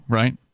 right